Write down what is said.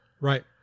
Right